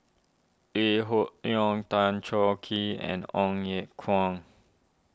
Lee Hoon Leong Tan Choh Kee and Ong Ye Kung